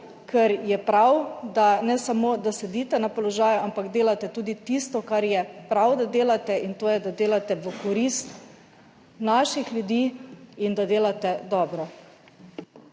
ker je prav, da ne samo, da sedite na položaju, ampak delate tudi tisto, kar je prav, da delate, in to je, da delate v korist naših ljudi in da delate dobro.